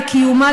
לקיומה,